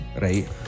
Right